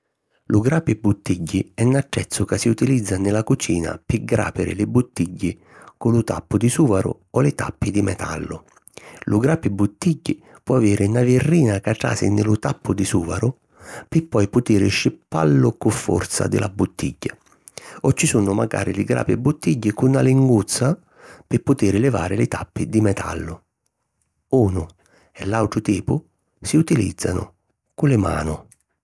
Lu grapi buttigghi è 'n attrezzu ca si utilizza nni la cucina pi gràpiri li buttigghi cu lu tappu di sùvaru o li tappi di metallu. Lu grapi buttigghi po aviri na virrina ca trasi nni lu tappu di sùvaru pi poi putiri scippallu cu forza di la buttigghia o ci sunnu macari li grapi buttigghi cu na linguuzza pi putiri livari li tappi di metallu. Unu e l’àutru tipu si utilìzzanu cu li manu.